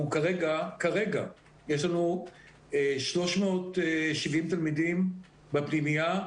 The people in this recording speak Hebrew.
אנחנו כרגע, יש לנו 370 תלמידים בפנימייה.